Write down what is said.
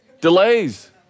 Delays